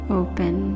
open